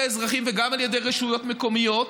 האזרחים וגם על ידי רשויות מקומיות.